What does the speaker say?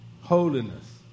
holiness